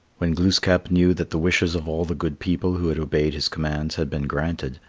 when glooskap knew that the wishes of all the good people who had obeyed his commands had been granted,